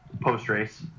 post-race